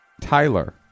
Tyler